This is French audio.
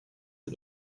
des